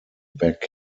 back